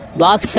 box